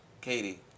Katie